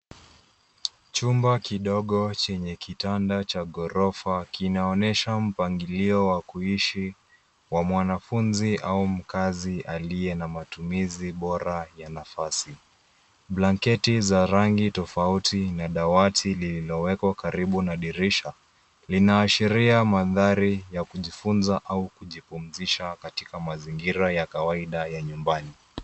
Chumba kidogo chenye kitanda cha ghorofa kinaonyesha mpangilio wa kuishi kwa mwanafunzi au mkazi aliye na matumizi bora ya nafasi .Blanketi za rangi tofauti na dawati lililowekwa karibu na dirisha linaashiria mandhari ya kujifunza au kujipumzisha katika mazingira ya kawaida ya nyumbani.